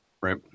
Right